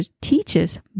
teaches